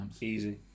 easy